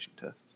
test